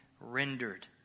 rendered